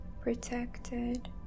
protected